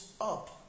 up